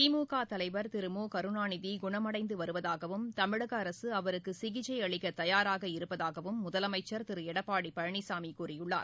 திமுக தலைவர் திரு மு கருணாநிதி குணமடைந்து வருவதாகவும் தமிழக அரசு அவருக்கு சிகிச்சை அளிக்க தயாராக இருப்பதாகவும் முதலமைச்சர் திரு எடப்பாடி பழனிசாமி கூறியுள்ளார்